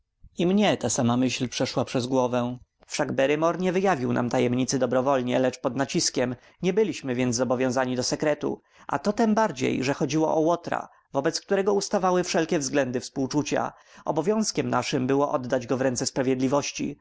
i mnie ta sama myśl przeszła przez głowy wszak barrymore nie wyjawił nam tajemnicy dobrowolnie lecz pod naciskiem nie byliśmy więc zobowiązani do sekretu a to tembardziej że chodziło o łotra wobec którego ustawały wszelkie względy współczucia obowiązkiem naszym było oddać go w ręce sprawiedliwości